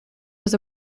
was